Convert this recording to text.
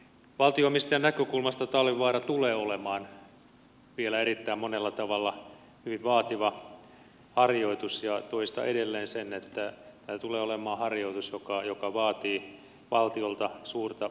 valtio omistajan näkökulmasta talvivaara tulee olemaan vielä erittäin monella tavalla hyvin vaativa harjoitus ja toistan edelleen sen että tämä tulee olemaan harjoitus joka vaatii valtiolta suurta kärsivällisyyttä